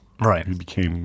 Right